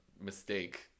mistake